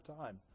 time